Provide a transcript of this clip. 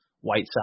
Whiteside